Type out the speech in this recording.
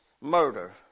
Murder